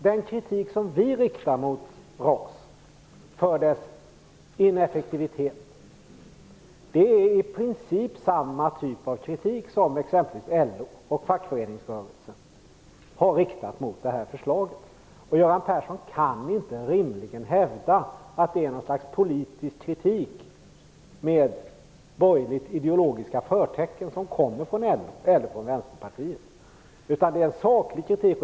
Den kritik som vi riktar mot RAS för dess ineffektivitet är i princip samma typ av kritik som exempelvis LO och fackföreningsrörelsen har riktat mot förslaget. Göran Persson kan inte rimligen hävda att det är något slags politisk kritik med borgerligt ideologiska förtecken som kommer från LO eller Vänsterpartiet. Det är en saklig kritik.